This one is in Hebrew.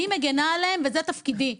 אני מגנה עליהם, וזה תפקידי.